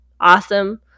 Awesome